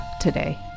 today